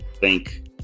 thank